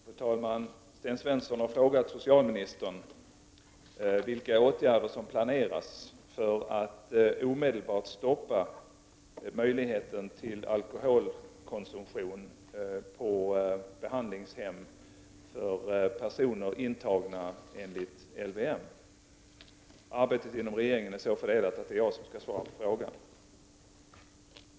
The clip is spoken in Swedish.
Fru talman! Sten Svensson har frågat socialministern vilka åtgärder som planeras för att omedelbart stoppa möjligheten till alkoholkonsumtion på behandlingshem för personer intagna enligt LVM. Arbetet inom regeringen är så fördelat att det är jag som skall svara på frågan.